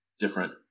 different